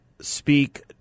speak